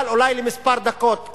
אבל אולי לכמה דקות,